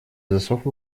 засов